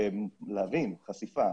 להבין, חשיפה.